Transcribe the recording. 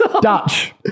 Dutch